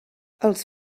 els